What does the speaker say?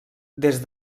des